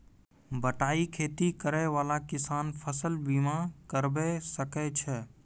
बटाई खेती करै वाला किसान फ़सल बीमा करबै सकै छौ?